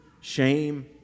shame